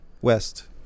West